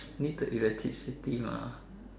need the electricity mah